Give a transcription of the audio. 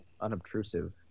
unobtrusive